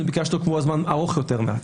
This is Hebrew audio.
אגב, אנחנו ביקשנו קבוע זמן ארוך יותר מעט,